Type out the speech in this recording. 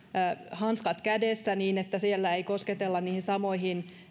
hanskat kädessä niin että siellä ei kosketella niihin samoihin